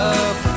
Love